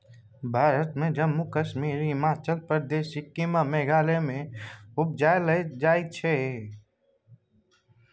भारत मे जम्मु कश्मीर, हिमाचल प्रदेश, सिक्किम आ मेघालय मे उपजाएल जाइ छै